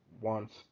wants